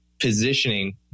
positioning